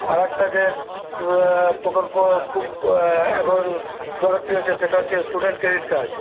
আরেকটা যে প্রকল্প খুব এখন জনপ্রিয় হচ্ছে সেটা হচ্ছে স্টুডেন্ট ক্রেডিট কার্ড